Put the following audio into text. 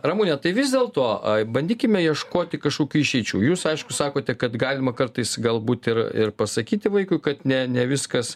ramune tai vis dėlto bandykime ieškoti kažkokių išeičių jūs aišku sakote kad galima kartais galbūt ir ir pasakyti vaikui kad ne ne viskas